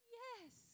yes